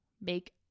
make